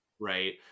Right